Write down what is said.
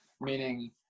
Meaning